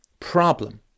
problem